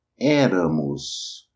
éramos